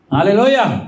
Hallelujah